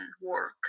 work